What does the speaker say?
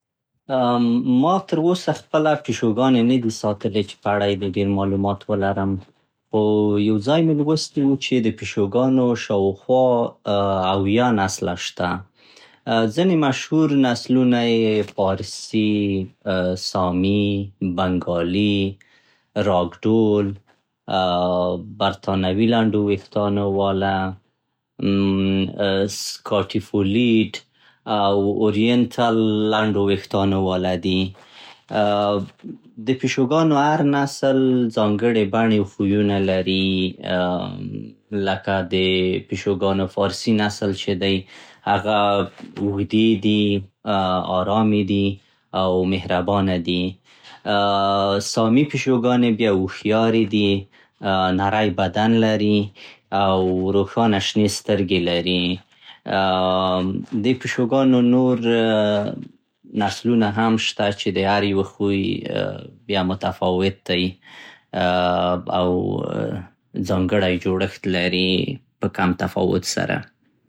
ما تر اوسه خپله پيشوګانې نه دي ساتلې چې په اړه يې دې ډېر مالومات ولرم. خو يو ځای مې لوستي وو چې د پيشوګانو شاوخوا اويا نسله شته. ځينې مشهور يې فارسي, سامي, بنګالي, راګډول, برتانوي لنډو وېښتانو واله, سکاټي فوليډ او اورينتال لنډو وېښتانو واله دي. د پيشوګانو هر نسل ځانګړې بڼې او خويونه لري, لکه د پيشوګانو فارسي نسل چې دی, هغې اوږدې دي, ارامې دي او مهربانه دي. سامي پيشوګانې بيا هوښيارې دي, نری بدن او روښانه شنې سترګې لري. د پيشوګانو نور نسلونه هم شته چې د هر يوه خوی بيا متفاوت دی او ځانګړی جوړښت لري په کم تفاوت سره.